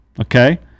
okay